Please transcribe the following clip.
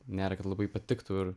nėra kad labai patiktų ir